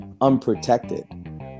unprotected